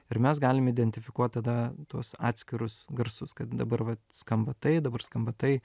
ir mes galim identifikuot tada tuos atskirus garsus kad dabar vat skamba tai dabar skamba tai